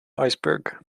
iceberg